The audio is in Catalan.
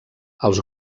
els